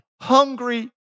hungry